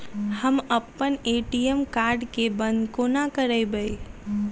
हम अप्पन ATM card केँ बंद कोना करेबै?